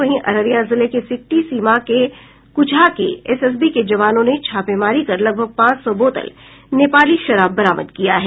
वहीं अररिया जिले के सिकटी सीमा के कुचहा के एसएसबी के जवानों ने छापेमारी कर लगभग पांच सौ बोतल नेपाली शराब बरामद किया है